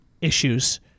issues